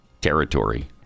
territory